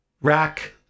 Rack